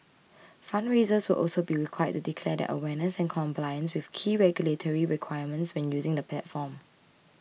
fundraisers will also be required to declare their awareness and compliance with key regulatory requirements when using the platform